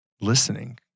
Listening